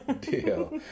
Deal